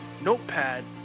notepad